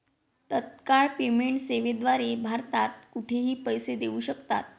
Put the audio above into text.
तत्काळ पेमेंट सेवेद्वारे भारतात कुठेही पैसे देऊ शकतात